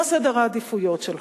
מה סדר העדיפויות שלך,